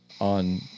on